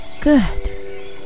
Good